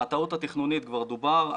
על הטעות התכנונית כבר דובר.